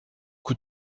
coup